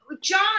John